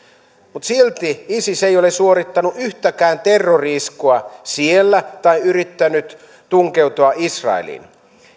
mutta silti isis ei ole suorittanut yhtäkään terrori iskua siellä tai yrittänyt tunkeutua israeliin